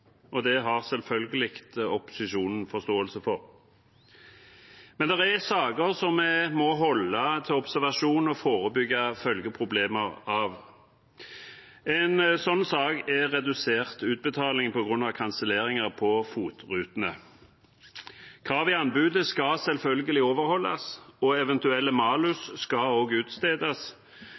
og det har selvfølgelig opposisjonen forståelse for. Men det er saker som vi må holde til observasjon og forebygge følgeproblemer av. En sånn sak er redusert utbetaling på grunn av kanselleringer på FOT-rutene. Kravet i anbudet skal selvfølgelig overholdes, og eventuelle malus skal også utstedes,